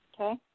Okay